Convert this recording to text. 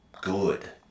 good